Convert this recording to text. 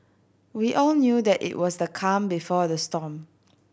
we all knew that it was the calm before the storm